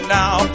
now